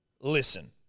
listen